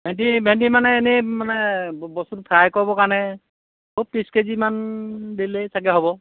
ভেন্দি ভেন্দি মানে এনেই মানে বস্তুটো ফ্ৰাই কৰিবৰ কাৰণে খুব ত্ৰিছ কেজিমান দিলেই চাগৈ হ'ব